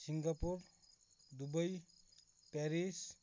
Singapore Dubai Paris